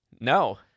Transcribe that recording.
No